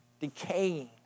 Decaying